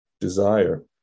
desire